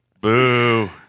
Boo